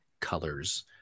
colors